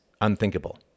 Unthinkable